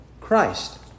Christ